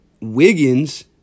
Wiggins